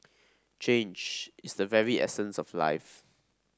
change is the very essence of life